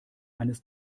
eines